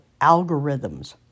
algorithms